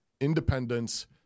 independence